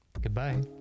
goodbye